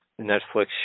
Netflix